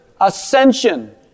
ascension